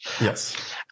Yes